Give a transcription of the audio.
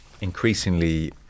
increasingly